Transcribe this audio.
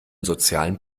sozialen